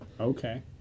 Okay